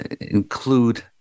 include